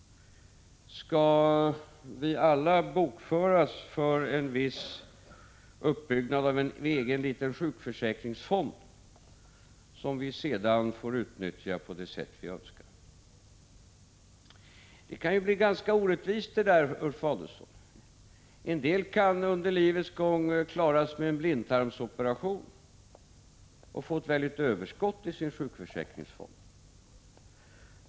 Skall vi alla bokföras för en viss uppbyggnad av en egen liten sjukförsäkringsfond, som vi sedan får utnyttja på det sätt vi önskar? Det där kan bli ganska orättvist, Ulf Adelsohn. En del kan under livets gång klara sig med en blindtarmsoperation och få ett väldigt överskott i sin sjukförsäkringsfond.